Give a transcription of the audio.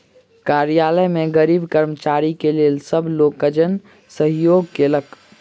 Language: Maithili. कार्यालय में गरीब कर्मचारी के लेल सब लोकजन सहयोग केलक